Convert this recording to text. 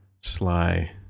sly